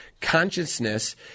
Consciousness